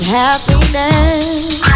happiness